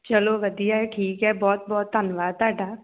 ਚਲੋ ਵਧੀਆ ਠੀਕ ਹੈ ਬਹੁਤ ਬਹੁਤ ਧੰਨਵਾਦ ਤੁਹਾਡਾ